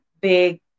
big